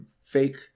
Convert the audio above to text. fake